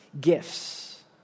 gifts